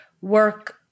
work